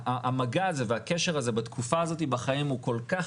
המגע הזה והקשר הזה בתקופה הזאת בחיים הוא כל כך